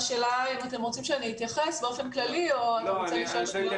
השנה הזאת היא בוודאי שונה מכל שנה אחרת